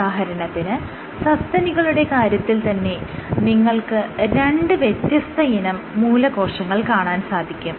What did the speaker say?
ഉദാഹരണത്തിന് സസ്തനികളുടെ കാര്യത്തിൽ തന്നെ നിങ്ങൾക്ക് രണ്ട് വ്യത്യസ്തയിനം മൂലകോശങ്ങൾ കാണാൻ സാധിക്കും